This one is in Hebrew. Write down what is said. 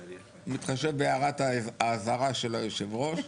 אני אתחשב בהערת האזהרה של יושב הראש.